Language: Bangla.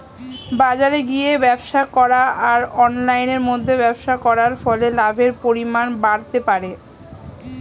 বাজারে গিয়ে ব্যবসা করা আর অনলাইনের মধ্যে ব্যবসা করার ফলে লাভের পরিমাণ বাড়তে পারে?